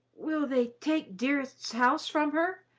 will they take dearest's house from her,